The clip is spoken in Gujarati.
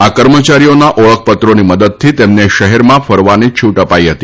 આ કર્મચારીઓના ઓળખપત્રોની મદદથી તેમને શહેરમાં ફરવાની છૂટ અપાઈ હતી